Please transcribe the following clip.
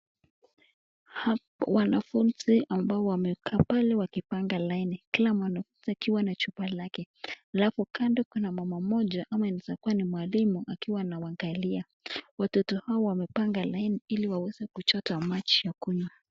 Wanafunzi ambao wamekaa pale wakipanga laini, kila mwanafunzi akiwa na chupa lake, alafu kando kuna mama mmoja ama pia inaweza kua ni mwalimu akiwa anawaangalia. Watoto hawa wamepanga laini ili waweze kuchita maji ya kunywa.